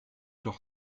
doch